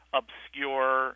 obscure